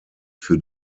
für